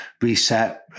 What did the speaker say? reset